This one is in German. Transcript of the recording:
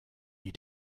die